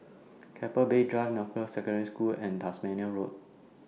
Keppel Bay Drive Northbrooks Secondary School and Tasmania Road